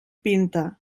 pinta